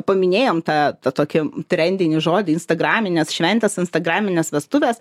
paminėjom tą tokį trendinį žodį instagraminės šventės instagraminės vestuvės